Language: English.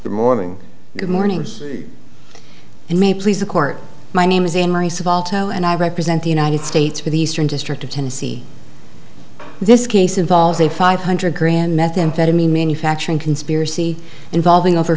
good morning good morning and may please the court my name is anne rice of otto and i represent the united states for the eastern district of tennessee this case involves a five hundred grand methamphetamine manufacturing conspiracy involving over